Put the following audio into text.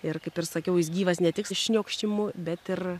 ir kaip ir sakiau jis gyvas ne tik šniokštimu bet ir